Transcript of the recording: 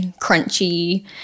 Crunchy